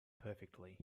perfectly